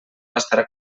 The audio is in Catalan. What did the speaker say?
bastarà